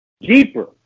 deeper